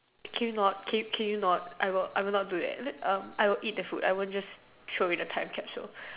can you not can can you not I will I will not do that I would eat the food I won't just throw away the time capsule